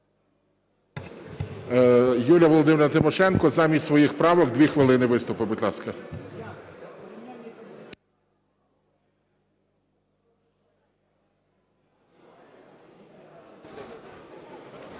Юлія Володимирівна Тимошенко, замість своїх правок дві хвилини виступу, будь ласка.